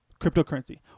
cryptocurrency